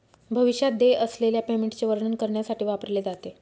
भविष्यात देय असलेल्या पेमेंटचे वर्णन करण्यासाठी वापरले जाते